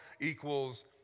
Equals